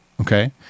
okay